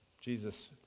Jesus